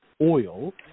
oil